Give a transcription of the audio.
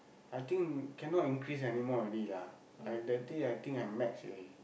I think cannot increase anymore already lah I that day I think I max already